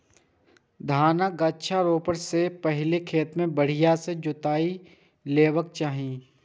धानक गाछ रोपै सं पहिने खेत कें बढ़िया सं जोति लेबाक चाही